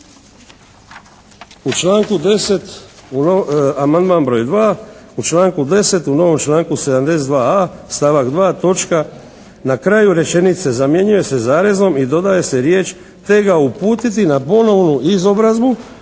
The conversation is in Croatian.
U članku 10. u novom članku 72a. stavak 2. točka na kraju rečenice zamjenjuje se zarezom i dodaje se riječ: "te ga uputiti na ponovnu izobrazbu